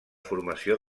formació